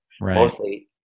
mostly